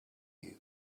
you